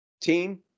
team